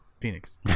Phoenix